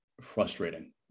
frustrating